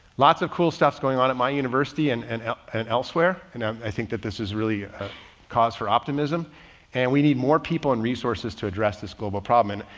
lots of cool stuff's going on at my university and and and elsewhere. and i think that this is really cause for optimism and we need more people in resources to address this global problem. and